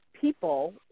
people